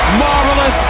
marvelous